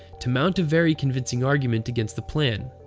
to mount a very convincing argument against the plan.